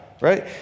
right